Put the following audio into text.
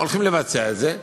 הולכים לבצע את זה.